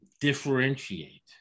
differentiate